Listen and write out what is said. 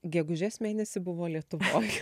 gegužės mėnesį buvo lietuvoj